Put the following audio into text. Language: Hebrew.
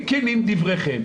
אם כנים דבריכם,